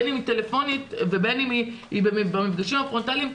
בין אם היא טלפונית ובין אם במפגשים פרונטליים,